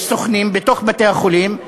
יש סוכנים בתוך בתי-החולים,